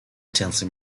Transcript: tinsley